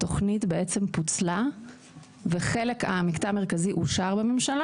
התכנית בעצם פוצלה והמקטע המרכזי אושר בממשלה